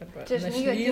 arba našlys